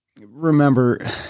Remember